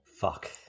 Fuck